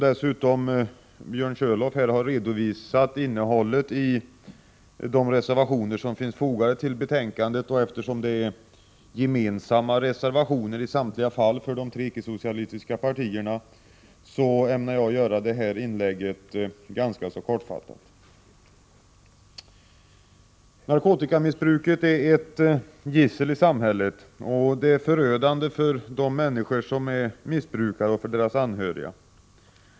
Då Björn Körlof här har redovisat innehållet i de reservationer som är fogade till betänkandet och eftersom det i samtliga fall är gemensamma reservationer för de tre icke-socialistiska partierna, ämnar jag låta detta inlägg bli ganska kortfattat. Narkotikamissbruket är ett gissel i samhället. Det är förödande för de människor som är missbrukare och för deras anhöriga.